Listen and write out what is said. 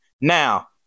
Now